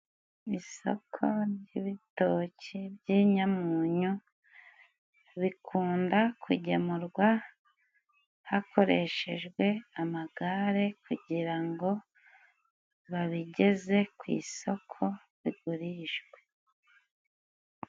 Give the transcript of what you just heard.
Isoko ry'ibitoki by'inyamunyu bikunda kugemurwa hakoreshejwe amagare, kugira ngo babigeze ku isoko bigurishwe.